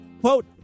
Quote